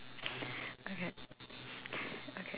okay okay